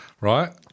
right